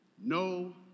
No